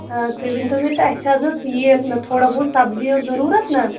آ تُہۍ ؤنۍ تو مےٚ تہٕ اَسہِ حظ ٲس یہِ تھوڑا بہت سَبزی ٲس ضُروٗرت نا